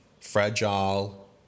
fragile